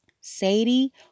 Sadie